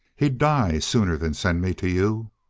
he'd die sooner than send me to you.